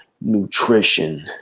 nutrition